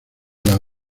las